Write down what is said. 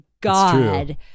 God